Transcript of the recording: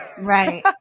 right